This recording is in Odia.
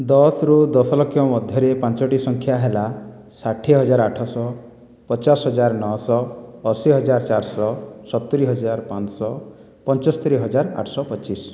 ଦଶରୁ ଦଶଲକ୍ଷ ମଧ୍ୟରେ ପାଞ୍ଚଟି ସଂଖ୍ୟା ହେଲା ଷାଠିଏ ହଜାର ଆଠଶହ ପଚାଶ ହଜାର ନଅଶହ ଅଶୀ ହଜାର ଚାରିଶହ ସତୁରି ହଜାର ପାଞ୍ଚଶହ ପଞ୍ଚସ୍ତରୀ ହଜାର ଆଠଶହ ପଚିଶ